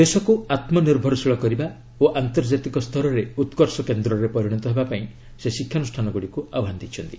ଦେଶକୁ ଆତ୍ମ ନିର୍ଭରଶୀଳ କରିବା ଓ ଆନ୍ତର୍ଜାତିକ ସ୍ତରରେ ଉକ୍କର୍ଷ କେନ୍ଦ୍ରରେ ପରିଣତ ହେବା ପାଇଁ ସେ ଶିକ୍ଷାନୁଷାନ ଗୁଡ଼ିକୁ ଆହ୍ପାନ ଦେଇଛନ୍ତି